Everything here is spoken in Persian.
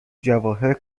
جواهر